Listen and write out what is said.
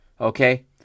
Okay